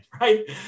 right